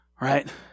right